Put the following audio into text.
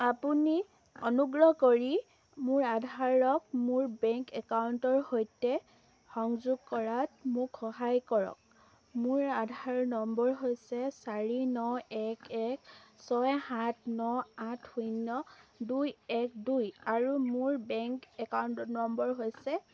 আপুনি অনুগ্ৰহ কৰি মোৰ আধাৰক মোৰ বেংক একাউণ্টৰ সৈতে সংযোগ কৰাত মোক সহায় কৰক মোৰ আধাৰ নম্বৰ হৈছে চাৰি ন এক এক ছয় সাত ন আঠ শূন্য দুই এক দুই আৰু মোৰ বেংক একাউণ্ট নম্বৰ হৈছে